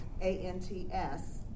A-N-T-S